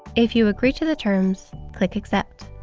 if you agree to the terms click accept.